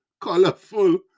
colorful